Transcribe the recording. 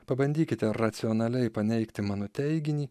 pabandykite racionaliai paneigti mano teiginį